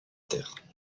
terres